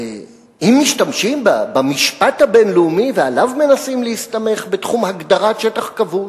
אם משתמשים במשפט הבין-לאומי ועליו מנסים להסתמך בתחום הגדרת שטח כבוש,